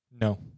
No